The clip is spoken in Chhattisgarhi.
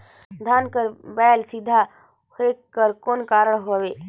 धान कर बायल सीधा होयक कर कौन कारण हवे?